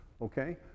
Okay